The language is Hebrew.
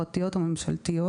פרטיות או ממשלתיות.